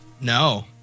No